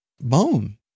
Bone